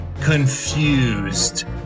confused